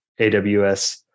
AWS